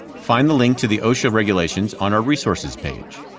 find the link to the osha regulations on our resources page.